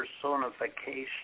personification